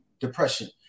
depression